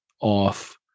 off